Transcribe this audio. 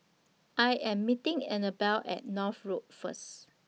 I Am meeting Annabelle At North Road First